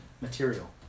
material